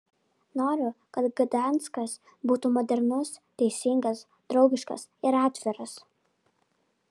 noriu kad gdanskas būtų modernus teisingas draugiškas ir atviras